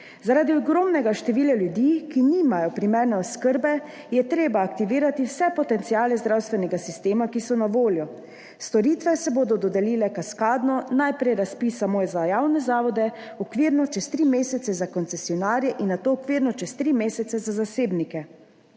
Zaradi ogromnega števila ljudi, ki nimajo primerne oskrbe, je treba aktivirati vse potenciale zdravstvenega sistema, ki so na voljo. Storitve se bodo dodelile kaskadno, najprej razpis samo za javne zavode, okvirno čez tri mesece za koncesionarje in nato okvirno čez tri mesece za zasebnike.